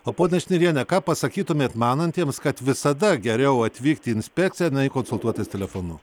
o ponia šniriene ką pasakytumėt manantiems kad visada geriau atvykt į inspekciją nei konsultuotis telefonu